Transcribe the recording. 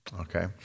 okay